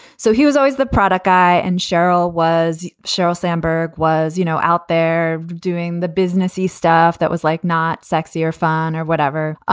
so he was always the product guy. and sheryl was sheryl sandberg was, you know, out there doing the businesses staff that was like not sexy or fun or whatever.